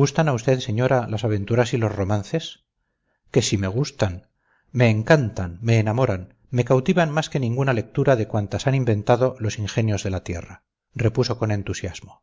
gustan a usted señora las aventuras y los romances que si me gustan me encantan me enamoran me cautivan más que ninguna lectura de cuantas han inventado los ingenios de la tierra repuso con entusiasmo